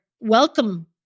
welcome